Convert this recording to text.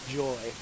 joy